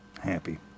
Happy